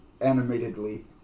animatedly